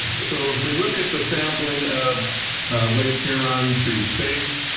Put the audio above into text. so if we look at the sampling of lake huron through space,